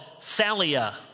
Thalia